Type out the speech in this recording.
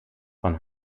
von